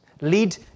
Lead